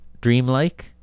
dreamlike